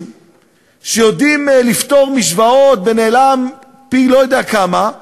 שיודעים לפתור משוואות בנעלם פי-לא-יודע-כמה,